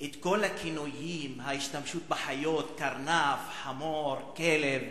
את כל הכינויים, ההשתמשות בחיות, קרנף, חמור, כלב,